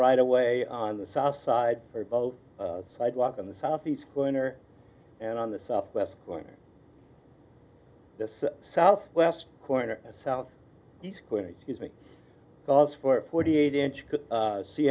right away on the south side for both the sidewalk and the southeast corner and on the south west corner the south west corner south east corner excuse me cause for a forty eight inch